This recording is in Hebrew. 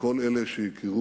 לכל אלה שהכירוהו,